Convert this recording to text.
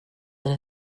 then